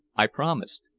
i promised,